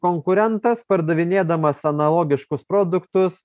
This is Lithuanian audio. konkurentas pardavinėdamas analogiškus produktus